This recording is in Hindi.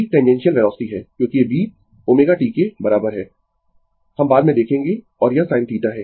और B टैंजैन्सिअल वेलोसिटी है क्योंकि B ω t के बराबर है हम बाद में देखेंगें और यह sin θ है